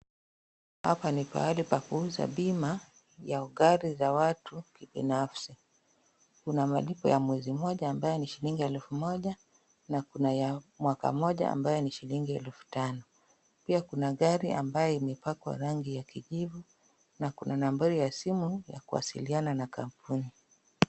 Hapa ni pahali pa kuuza bima ya gari za watu binafsi. Kuna malipo ya mwezi moja ambayo ni shilingi elfu moja, na kuna ya mwaka moja ambayo ni shilingi elfu tano, pia kuna gari ambayo imepakwa rangi ya kijivu, na kuna nambari ya simu ya kuwasiliana na kampuni.